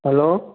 hello